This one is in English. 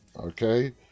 okay